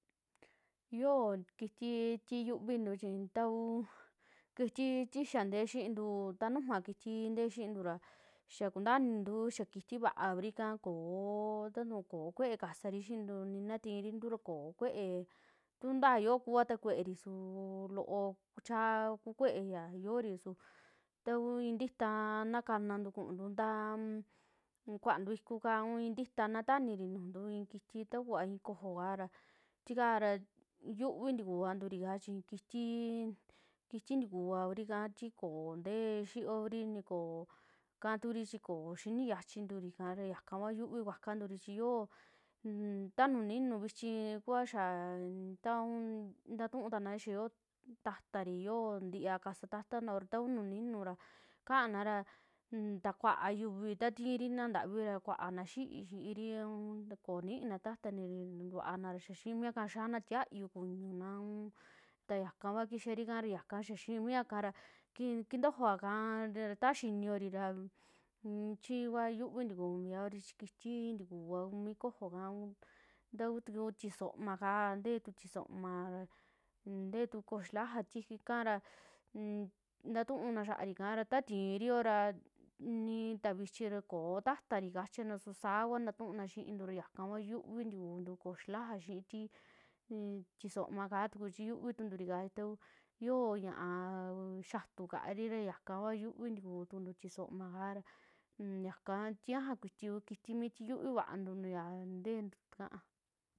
Yoo kitii ti yuvintu chi takuu kiti tii xaa ntee xiintuu, ta nujuu vaa kiti ntee xiintura xaa kuntaa inintuu xaa kitii va'a kuri ika aakoo kuee kasari xiintu ni naa tiinrintu koo kuee, tuu ntaa yoo kuuva ta kueeri suu loo chaa ku kuee ya yoori su ta kuu in ntita na kanantu kuntu taa kuantuu ikuu kaa un intita taniri nujuntu i kiti ta kuu koojo kaara, tikaa ra yiuvi ntikuvanturi kaa chi kitii kitii ntikuvaa kuri ika tu koo ntee xiinyo kuri, ni koo ikanturi, ni koo xini yachinturi ika ñakakua yuvi kuakuanturi chi yo ntaa nu ninu, vichi kua xaa taa ku ntaatuu taana xaa yoo ta'tari yoo ntiya kasata tanao ta nuju ninu kanara nta kuaa yuuvi, ta tiirina ntavi kuaana xi'ii xiiri aun koo niina taa'tari ntakuaana xaa xiimiaka yaana tiaayu kuñunaa ta yakua kixari ika xaa xiimiya ika ra kintojova kaa taa xaa xiniiori chiivaa yuvi ntikuu mioori chi kitii ntikuva kuu kojoo kaa, un ta kuu tuku tixomaa kaa, ntee tu tixomaa, ntee tuu kojoo xila'ja tikaa ra ntatunn naa xaari ika ra ta ntiirio ra ika nii ntaa vichi ra koo ta'tari ika kachina su saa kuaa ntatunna xiintu yaaka kua xiuvi ntikuuntu kojo ]o xila'ja, xii tii tixomaa kaa tuku chi yuvitunturi kaa chi ta kuu yoo ñaa xiaatu kaari ra ñakaa kua yuvintikuu tukuntu tixomaa kaa yaka tiñaja kuiti kuu kitii tii yuvii vantu ya nteentu ntakaa.